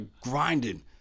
grinding